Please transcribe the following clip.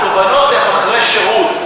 התובנות הן אחרי שירות,